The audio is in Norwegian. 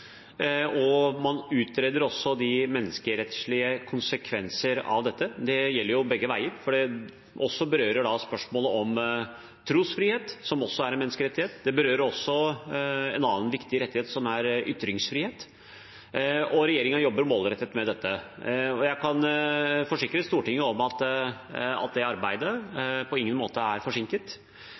og man utreder også de menneskerettslige konsekvenser av dette. Det gjelder begge veier, for det berører også spørsmålet om trosfrihet, som også er en menneskerettighet, og det berører en annen viktig rettighet, som er ytringsfrihet. Regjeringen jobber målrettet med dette. Jeg kan forsikre Stortinget om at det arbeidet på ingen måte er forsinket.